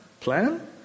Plan